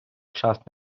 час